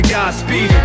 Godspeed